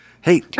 Hey